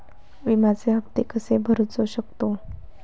विम्याचे हप्ते कसे भरूचो शकतो?